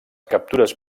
captures